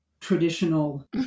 traditional